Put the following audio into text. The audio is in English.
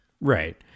Right